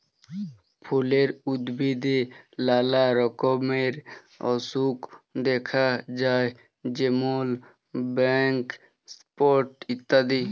ফুলের উদ্ভিদে লালা রকমের অসুখ দ্যাখা যায় যেমল ব্ল্যাক স্পট ইত্যাদি